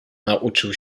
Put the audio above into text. nauczył